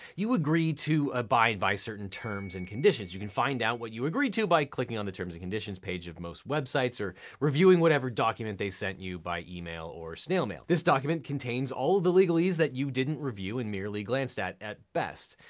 you agree to abide by certain terms and conditions. you can find out what you agree to by clicking on the terms and conditions page of most websites or reviewing whatever document they send you by email or snail mail. this document contains all of the legalese that you didn't review and merely glanced at, at best.